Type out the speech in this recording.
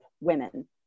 women